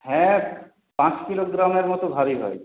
হ্যাঁ পাঁচ কিলোগ্রামের মতো ভারি হয়